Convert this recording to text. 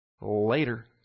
Later